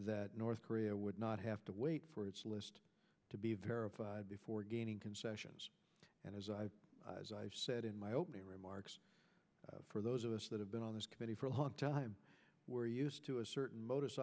that north korea would not have to wait for its list to be verified before gaining concessions and as i said in my opening remarks for those of us that have been on this committee for a long time we're used to a certain modus